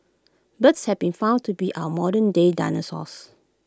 birds have been found to be our modernday dinosaurs